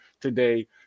today